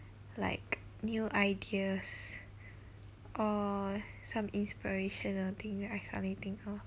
like new ideas or some inspirational thing that I suddenly thing of